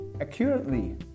accurately